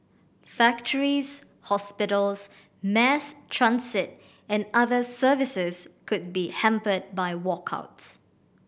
factories hospitals mass transit and other services could be hampered by walkouts